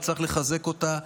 וצריך לחזק אותה.